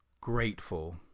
grateful